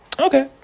Okay